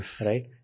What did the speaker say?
right